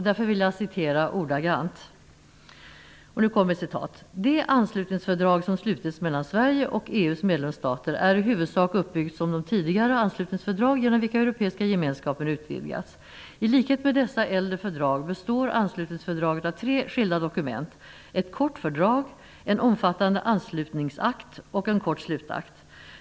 Jag citerar: ''Det anslutningsfördrag som slutits mellan Sverige och EU:s medlemsstater är i huvudsak uppbyggt som de tidigare anslutningsfördrag genom vilka Europeiska Gemenskapen utvidgats. I likhet med dessa äldre fördrag består anslutningsfördraget av tre skilda dokument: ett kort Fördrag, en omfattande Anslutningsakt och en kort Slutakt.